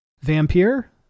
Vampire